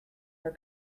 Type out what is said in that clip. her